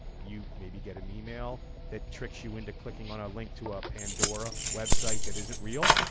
you maybe get an email that tricks you into clicking on a link to a pandora website that isn't real,